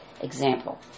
example